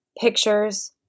pictures